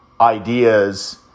ideas